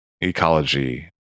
ecology